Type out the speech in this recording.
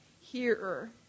hearer